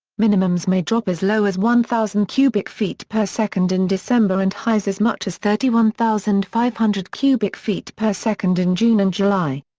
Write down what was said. minimums may drop as low as one thousand cubic feet per second in december and highs as much as thirty one thousand five hundred cubic feet per second in june and july.